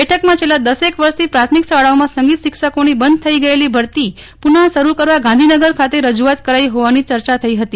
બેઠકમાં છેલ્લાં દસેક વર્ષથી પ્રાથમિક શાળાઓમાં સંગીત શિક્ષકોની બંધ થઇ ગયેલી ભરતી પુનઃ શરૂ કરવા ગાંધીનગર ખાતે રજૂઆત કરાઇ જોવાની ચર્ચા થઇ ફતી